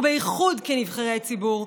ובייחוד כנבחרי ציבור,